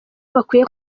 bakwiye